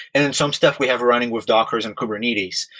and then some stuff we have running with dockers and kubernetes.